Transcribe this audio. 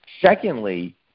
Secondly